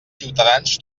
ciutadans